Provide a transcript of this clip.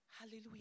Hallelujah